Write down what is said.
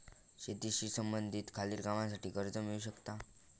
शेतीशी संबंधित खालील कामांसाठी कर्ज मिळू शकता